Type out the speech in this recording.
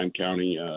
county